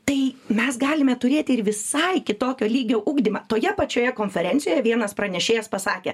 tai mes galime turėti ir visai kitokio lygio ugdymą toje pačioje konferencijoje vienas pranešėjas pasakė